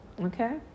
Okay